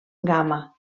gamma